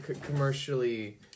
commercially